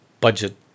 budget